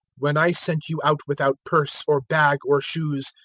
when i sent you out without purse or bag or shoes,